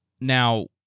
Now